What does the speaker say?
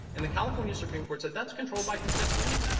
and the california supreme court said that's controlled by concepcion.